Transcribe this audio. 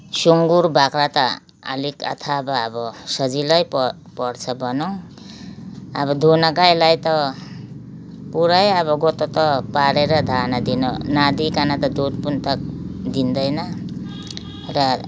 सुँगुर बाख्रा त अलिक अथवा अब सजिलै पर पर्छ भनौँ अब दुहुना गाईलाई त पुरै अब गतत पारेर दाना दिनु नदिइकन त दुध पनि त दिँदैन र